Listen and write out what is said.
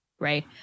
Right